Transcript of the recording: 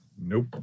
Nope